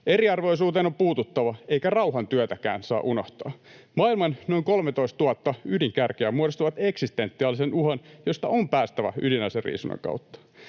Eriarvoisuuteen on puututtava, eikä rauhantyötäkään ei saa unohtaa. Maailman noin 13 000 ydinkärkeä muodostavat eksistentiaalisen uhan, josta on päästävä ydinaseriisunnan kautta.